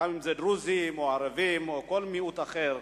גם אם דרוזים או ערבים או כל מיעוט אחר.